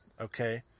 okay